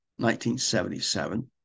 1977